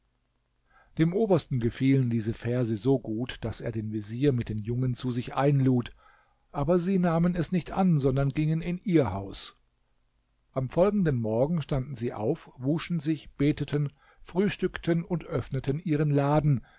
dem obersten gefielen diese verse so gut daß er den vezier mit den jungen zu sich einlud aber sie nahmen es nicht an sondern gingen in ihr haus am folgenden morgen standen sie auf wuschen sich beteten frühstückten und öffneten ihren laden